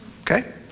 okay